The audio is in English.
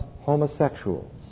homosexuals